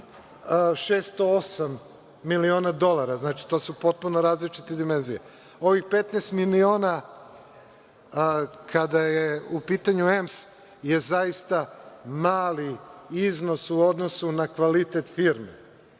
608 miliona dolara. Znači, to su potpuno različite dimenzije. Ovih 15 miliona, kada je u pitanju EMS, je zaista mali iznos u odnosu na kvalitet firme.